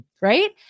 right